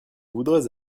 voudrais